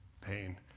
pain